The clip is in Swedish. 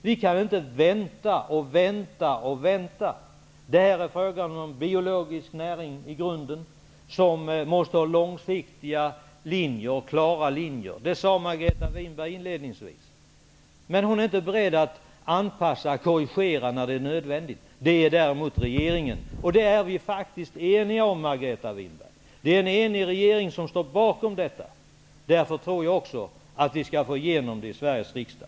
Vi kan inte vänta och vänta. Detta är i grunden fråga om en biologisk näring, som måste ha långsiktiga och klara linjer. Det sade Margareta Winberg inledningsvis, men hon är inte beredd att korrigera när det är nödvändigt. Det är däremot regeringen. Det är vi faktiskt eniga om, Margareta Winberg. Det är en enig regering som står bakom detta. Därför tror jag också att vi skall få igenom förslaget i Sveriges riksdag.